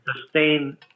sustain